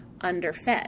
underfed